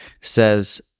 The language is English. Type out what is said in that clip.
says